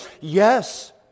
yes